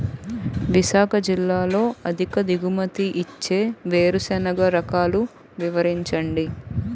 విశాఖ జిల్లాలో అధిక దిగుమతి ఇచ్చే వేరుసెనగ రకాలు వివరించండి?